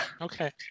Okay